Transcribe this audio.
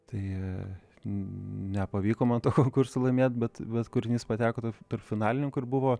tai nepavyko man to konkurso laimėt bet bet kūrinys pateko tarp finalininkų ir buvo